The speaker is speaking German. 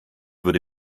würde